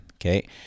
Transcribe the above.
Okay